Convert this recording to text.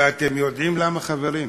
ואתם יודעים למה, חברים?